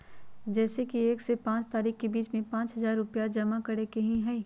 जैसे कि एक से पाँच तारीक के बीज में पाँच हजार रुपया जमा करेके ही हैई?